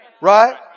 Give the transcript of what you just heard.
Right